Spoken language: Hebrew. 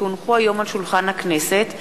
כי הונחו היום על שולחן הכנסת,